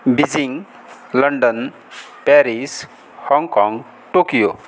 Beijing London Paris Hong Kong Tokyo